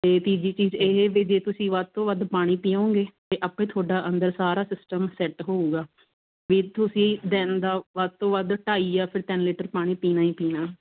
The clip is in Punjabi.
ਅਤੇ ਤੀਜੀ ਚੀਜ਼ ਇਹ ਵੀ ਜੇ ਤੁਸੀਂ ਵੱਧ ਤੋਂ ਵੱਧ ਪਾਣੀ ਪੀਓਂਗੇ ਅਤੇ ਆਪੇ ਤੁਹਾਡਾ ਅੰਦਰ ਸਾਰਾ ਸਿਸਟਮ ਸੈੱਟ ਹੋਵੇਗਾ ਵੀ ਤੁਸੀਂ ਦਿਨ ਦਾ ਵੱਧ ਤੋਂ ਵੱਧ ਢਾਈ ਜਾਂ ਫੇਰ ਤਿੰਨ ਲੀਟਰ ਪਾਣੀ ਪੀਣਾ ਹੀ ਪੀਣਾ